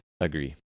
agree